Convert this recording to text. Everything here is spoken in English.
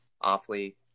awfully